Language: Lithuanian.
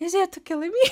nes jie tokie laimi